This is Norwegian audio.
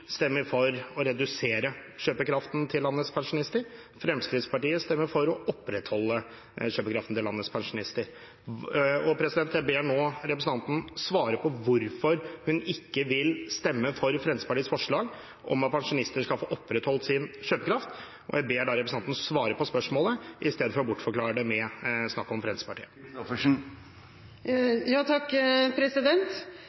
stemmer for å redusere kjøpekraften til landets pensjonister. Fremskrittspartiet stemmer for å opprettholde kjøpekraften til landets pensjonister. Jeg ber nå representanten svare på hvorfor hun ikke vil stemme for Fremskrittspartiets forslag om at pensjonister skal få opprettholdt sin kjøpekraft. Jeg ber representanten svare på spørsmålet i stedet for å bortforklare det med å snakke om Fremskrittspartiet.